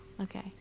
Okay